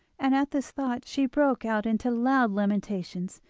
and at this thought she broke out into loud lamentations.